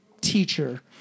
teacher